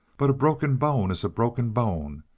but a broken bone is a broken bone,